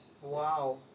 Wow